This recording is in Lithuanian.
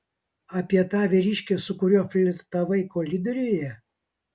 apie tą vyriškį su kuriuo flirtavai koridoriuje